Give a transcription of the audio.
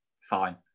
Fine